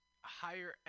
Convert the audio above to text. higher